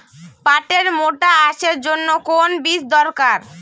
পাটের মোটা আঁশের জন্য কোন বীজ দরকার?